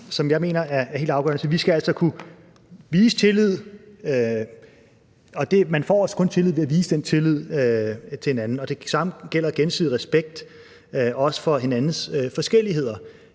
som jeg mener er helt afgørende. Vi skal altså kunne vise tillid til hinanden. Og man får også kun tillid ved at vise tillid til hinanden, og det samme gælder gensidig respekt for hinandens forskelligheder;